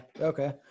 Okay